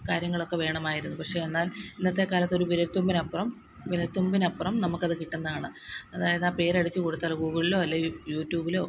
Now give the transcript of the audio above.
കാര്യങ്ങളൊക്കെ വേണമായിരുന്നു പക്ഷേ എന്നാല് ഇന്നത്തെ കാലത്ത് ഒരു വിരല് തുമ്പിനപ്പുറം വിരല് തുമ്പിനപ്പുരം നമ്മുക്ക് അത് കിട്ടുന്നതാണ് അതായത് ആ പേര് അടിച്ച് കൊടുത്താല് ഗൂഗിളിലോ അല്ലേല് യു ട്ടൂബിലോ